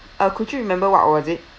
uh could you remember what was it